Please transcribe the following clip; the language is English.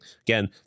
Again